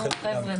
נו חבר'ה,